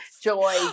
Joy